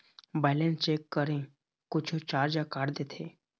Balance check करें कुछू charge काट देथे?